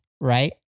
right